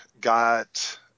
got